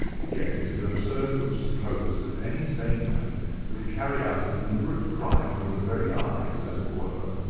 again, it is absurd to suppose that any sane man would carry out a deliberate crime under the very eyes, as it were,